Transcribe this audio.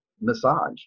massage